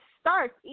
starts